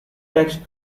text